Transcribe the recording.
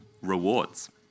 rewards